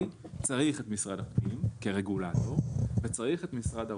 צריך את משרד הפנים כרגולטור וצריך את משרד האוצר.